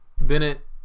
Bennett